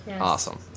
Awesome